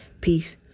Peace